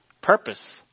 Purpose